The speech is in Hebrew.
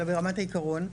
אלא ברמת העיקרון,